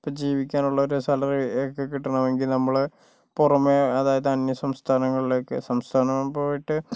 ഇപ്പൊൾ ജീവിക്കാനുള്ള ഒരു സാലറിയും ഒക്കെ കിട്ടണമെങ്കിൽ നമ്മുടെ പുറമേ അതായത് അന്യസംസ്ഥാനങ്ങളിലൊക്കെ സംസ്ഥാനം പോയിട്ട്